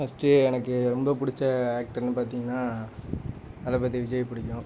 first எனக்கு ரொம்ப பிடிச்ச ஆக்டர்னு பார்த்திங்கனா தளபதி விஜய் பிடிக்கும்